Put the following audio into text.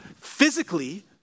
physically